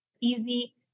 easy